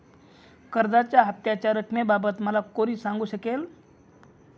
कर्जाच्या हफ्त्याच्या रक्कमेबाबत मला कोण सांगू शकेल?